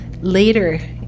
later